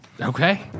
Okay